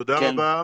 תודה רבה.